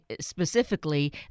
specifically